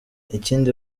ikindi